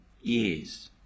years